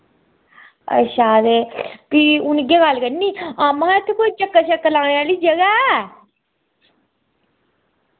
अच्छा ते फ्ही हू'न इ'यै गल्ल करनी हां महा इत्थै कोई चक्कर शक्कर लाने आह्ली जगह ऐ